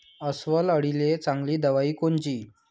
अस्वल अळीले चांगली दवाई कोनची?